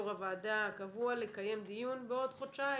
יו"ר הוועדה הקבוע לקיים דיון בעוד חודשיים.